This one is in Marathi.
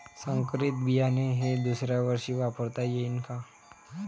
संकरीत बियाणे हे दुसऱ्यावर्षी वापरता येईन का?